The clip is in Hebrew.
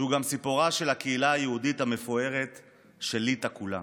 שהוא גם סיפורה של הקהילה היהודית המפוארת של ליטא כולה,